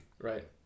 Right